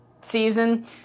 season